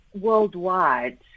worldwide